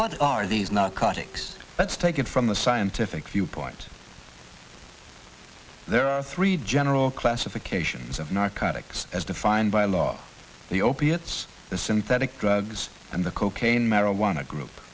but are these not katic let's take it from the scientific viewpoint there are three general classifications of narcotics as defined by law the opiates the synthetic drugs and the cocaine marijuana group